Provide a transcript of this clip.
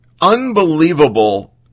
unbelievable